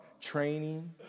training